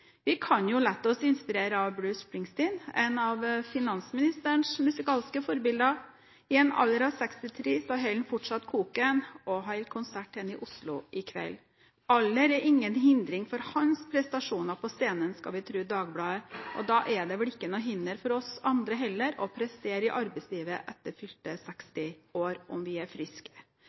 Vi kan jo la oss inspirere av Bruce Springsteen, en av finansministerens musikalske forbilder. I en alder av 63 år holder han fortsatt koken og holder konsert her i Oslo i kveld. Alder er ingen hindring for hans prestasjoner på scenen – skal vi tro Dagbladet – og da er det vel heller ikke noe hinder for oss andre å prestere i arbeidslivet etter fylte 60 år om vi er friske.